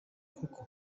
koko